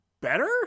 better